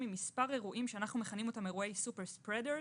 ממספר אירועים שאנחנו מכנים אותם אירועי super spreaders,